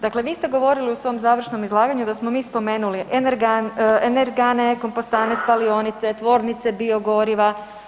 Dakle, vi ste govorili u svom završnom izlaganju da smo mi spomenuli energane, kompostane, spalionice, tvornice biogoriva.